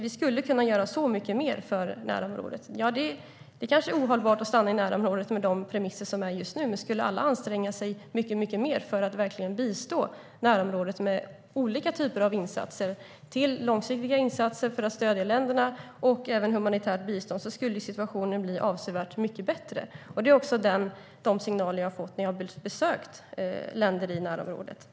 Vi skulle kunna göra så mycket mer för närområdet. Ja, det kanske är ohållbart att stanna i närområdet med de premisser som råder just nu. Men skulle alla anstränga sig mycket mer för att verkligen bistå närområdet med olika typer av insatser, från långsiktiga insatser för att stödja länderna till humanitärt bistånd, skulle situationen bli avsevärt mycket bättre. Det är också de signaler jag har fått när jag har besökt länder i närområdet.